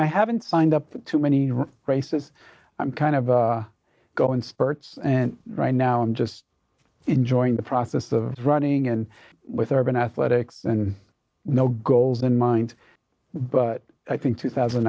i haven't signed up to many races i'm kind of a go in spurts and right now i'm just enjoying the process of running and with urban athletics and no goals in mind but i think two thousand